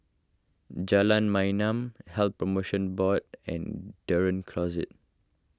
Jalan Mayaanam Health Promotion Board and Dunearn Close